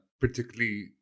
particularly